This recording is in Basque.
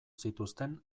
zituzten